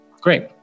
Great